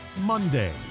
Monday